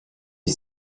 est